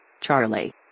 Charlie